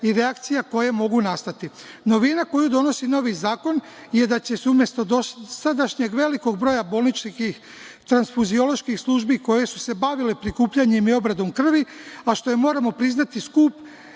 i reakcija koje mogu nastati. Novina koju donosi novi zakon je da će, umesto dosadašnjeg velikog broj bolničkih i transfuzioloških službi koje su se bavile prikupljanjem i obradom krvi, a što je, moramo priznati, skup